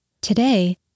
Today